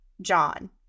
John